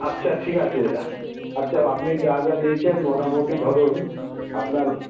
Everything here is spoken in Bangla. আচ্ছা ঠিক আছে আচ্ছা আপনি যা যা নিয়েছেন মোটামোটি ধরুন আপনার